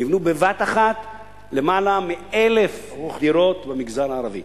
נבנו בבת אחת יותר מ-1,000 דירות במגזר הערבי.